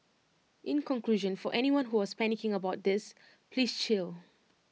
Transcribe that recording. in conclusion for anyone who was panicking about this please chill